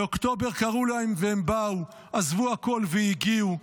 באוקטובר קראו להם והם באו, עזבו הכול והגיעו.